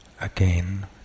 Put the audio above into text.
again